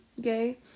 gay